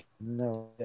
No